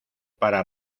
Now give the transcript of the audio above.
para